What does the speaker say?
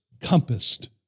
compassed